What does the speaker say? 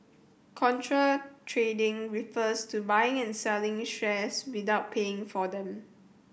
contra trading refers to buying and selling shares without paying for them